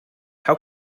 how